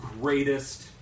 greatest